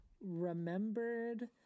remembered